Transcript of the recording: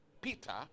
Peter